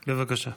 בבקשה.